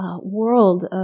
world